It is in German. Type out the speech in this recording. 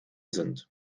sind